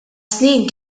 snin